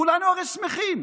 כולנו הרי שמחים.